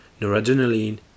noradrenaline